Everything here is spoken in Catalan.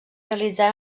realitzar